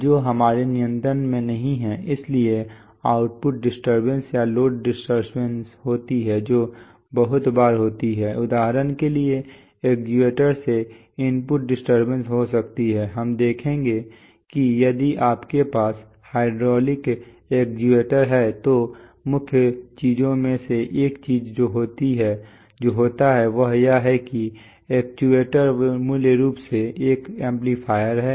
जो हमारे नियंत्रण में नहीं हैं इसलिए आउटपुट डिस्टरबेंस या लोड डिस्टरबेंस होती है जो बहुत बार होती है उदाहरण के लिए एक्ट्यूएटर से इनपुट डिस्टरबेंस हो सकती है हम देखेंगे कि यदि आपके पास हाइड्रोलिक एक्ट्यूएटर है तो मुख्य चीजों में से एक चीजें जो होता है वह यह है कि एक्ट्यूएटर मूल रूप से एक एम्पलीफायर है